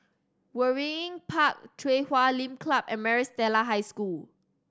Waringin Park Chui Huay Lim Club and Maris Stella High School